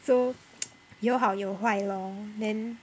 so 有好有坏咯 then